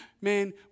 man